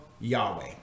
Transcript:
Yahweh